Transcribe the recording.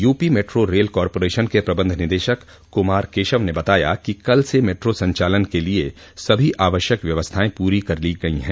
UP metro rail corporation के प्रबन्ध निदेशक कुमार केशव ने बताया कि कल से मेट्रो संचालन के लिए सभी आवश्यक व्यवस्थाएं पूरी कर ली गई है